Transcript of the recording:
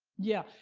yeah,